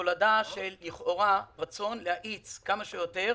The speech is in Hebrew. זאת תולדה של רצון להאיץ לכאורה כמה שיותר